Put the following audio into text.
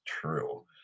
true